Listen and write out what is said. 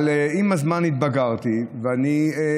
אבל עם הזמן התבגרתי והבנתי,